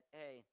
hey